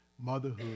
motherhood